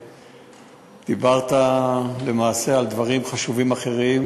דיברת למעשה על דברים חשובים אחרים,